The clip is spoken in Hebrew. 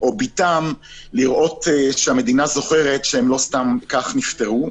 או בתם לראות שהמדינה זוכרת שהם לא סתם כך נפטרו